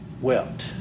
wept